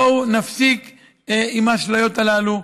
בואו נפסיק עם האשליות הללו.